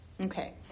Okay